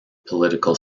political